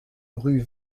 rue